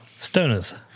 Stoners